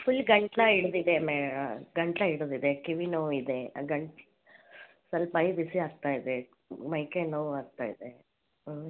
full ಗಂಟ್ಲು ಹಿಡಿದಿದೆ ಮೇ ಗಂಟ್ಲು ಹಿಡಿದಿದೆ ಕಿವಿ ನೋವಿದೆ ಗಂಟು ಸ್ವಲ್ಪ ಮೈ ಬಿಸಿಯಾಗ್ತಾ ಇದೆ ಮೈಕೈ ನೋವು ಆಗ್ತಾಯಿದೆ ಹ್ಞೂ